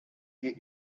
get